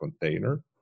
container